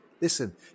listen